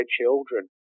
children